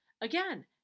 Again